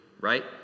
right